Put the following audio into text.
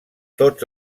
tots